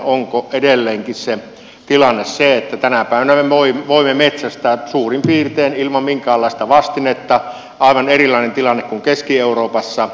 onko edelleenkin tilanne sama kuin tänä päivänä eli se että me voimme metsästää suurin piirtein ilman minkäänlaista vastinetta aivan erilainen tilanne kuin keski euroopassa